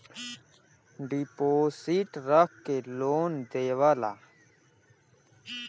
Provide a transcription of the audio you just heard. deposit रख के loan देवेला